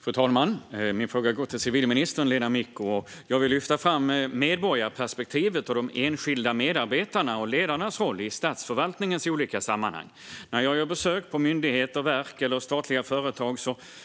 Fru talman! Min fråga går till civilminister Lena Micko. Jag vill lyfta fram medborgarperspektivet och de enskilda medarbetarnas och ledarnas roll i statsförvaltningens olika sammanhang. När jag gör besök på myndigheter, verk eller statliga företag